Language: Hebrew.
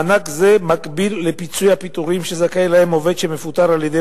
מענק זה מקביל לפיצויי הפיטורים שזכאי להם עובד שמפוטר על-ידי